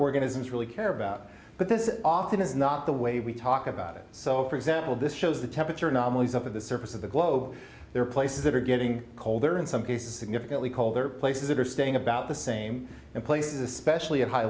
organisms really care about but this often is not the way we talk about it so for example this shows the temperature anomalies of the surface of the globe there are places that are getting colder in some cases significantly called there are places that are staying about the same and places especially at high